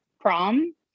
Prom